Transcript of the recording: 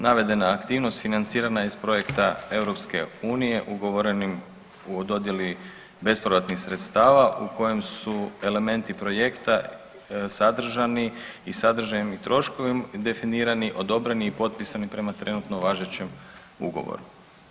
Navedena aktivnost financiranja je iz projekta EU ugovorenim u dodijeli bespovratnih sredstava u kojem su elementi projekta sadržani i sadržajem i troškovima definirani odobreni i potpisani prema trenutno važećem ugovoru.